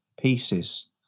pieces